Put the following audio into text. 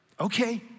okay